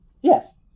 Yes